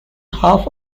half